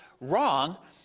wrong